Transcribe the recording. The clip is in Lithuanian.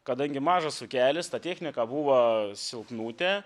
kadangi mažas ūkelis ta technika buvo silpnutė